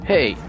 Hey